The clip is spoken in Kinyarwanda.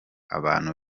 abantu